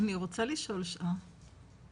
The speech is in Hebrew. רוצה לשאול שאלה.